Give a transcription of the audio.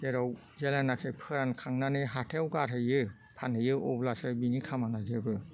जेराव जेब्लनोखि फोरानखांनानै हाथाइयाव गारहैयो फानहैयो अब्लासो बिनि खामानिया जोबो